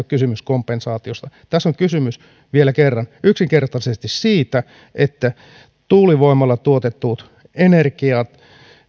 kysymys kompensaatiosta tässä on kysymys vielä kerran yksinkertaisesti siitä että tuulivoimalla tuotetut energiat